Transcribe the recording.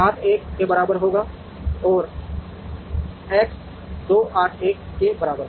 7 1 के बराबर और X 2 8 1 के बराबर